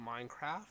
Minecraft